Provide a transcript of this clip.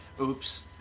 oops